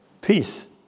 peace